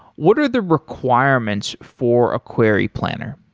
what are the requirements for a query planner?